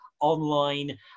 online